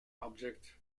object